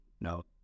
No